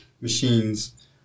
machines